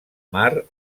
mar